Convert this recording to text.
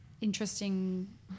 interesting